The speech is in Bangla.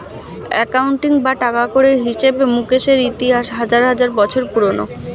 অ্যাকাউন্টিং বা টাকাকড়ির হিসেবে মুকেশের ইতিহাস হাজার হাজার বছর পুরোনো